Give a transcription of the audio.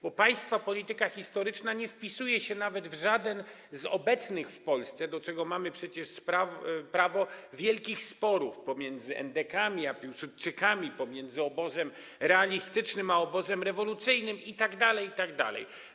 Bo państwa polityka historyczna nie wpisuje się nawet w żaden z obecnych w Polsce, do czego mamy przecież prawo, wielkich sporów pomiędzy endekami a piłsudczykami, pomiędzy obozem realistycznym a obozem rewolucyjnym itd., itd.